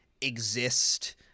exist